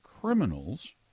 criminals